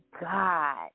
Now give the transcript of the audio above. God